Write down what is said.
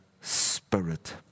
spirit